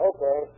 Okay